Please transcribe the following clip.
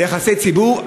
ביחסי ציבור,